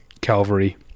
Calvary